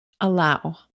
allow